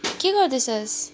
के गर्दैछस्